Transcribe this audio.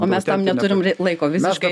o mes tam neturim r laiko visiškai